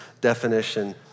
definition